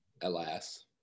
Alas